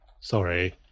Sorry